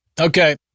Okay